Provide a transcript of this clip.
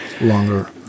longer